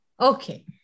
Okay